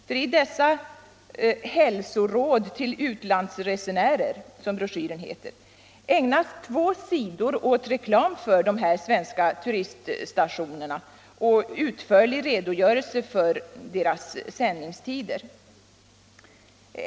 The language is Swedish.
I den sgirkernsn rer broschyren, Hälsoråd till utlandsresenärer, ägnas två sidor åt reklam för — Om statsbidrag till ifrågavarande radiostationer med utförlig redogörelse för deras sändnings = resor för idrottsträtider.